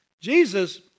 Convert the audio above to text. Jesus